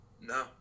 No